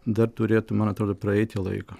dar turėtų man atrodo praeiti laiko